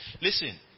Listen